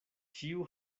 ĉiu